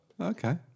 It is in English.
Okay